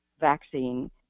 vaccine